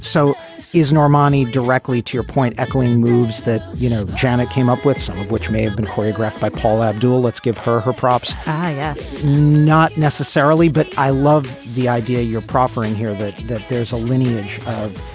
so is normandy directly to your point echoing moves that you know janet came up with some of which may have been choreographed by paul abdul let's give her her props i guess not necessarily but i love the idea you're proffering here like that there's a lineage of.